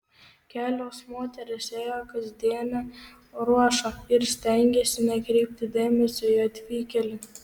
kelios moterys ėjo kasdienę ruošą ir stengėsi nekreipti dėmesio į atvykėlį